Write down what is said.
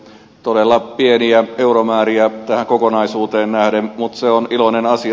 todella pieniä euromääriä tähän kokonaisuuteen nähden mut se on iloinen asia